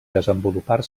desenvolupar